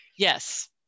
Yes